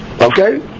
Okay